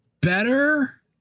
better